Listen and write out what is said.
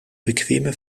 bequeme